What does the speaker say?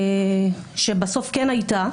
שבסוף כן הייתה,